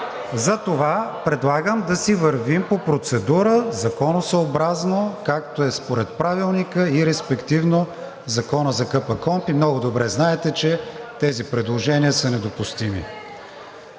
Затова предлагам да си вървим по процедура, законосъобразно, както е според Правилника и респективно Закона за КПКОНПИ. Много добре знаете, че тези предложения са недопустими.